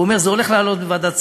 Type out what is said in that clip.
הוא אומר: זה הולך לעלות בוועדת שרים,